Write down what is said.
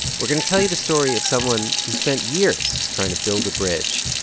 we're going to tell you the story of someone who spent years trying to build a bridge,